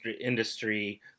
industry